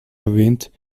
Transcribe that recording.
erwähnt